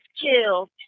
killed